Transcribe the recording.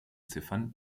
ziffern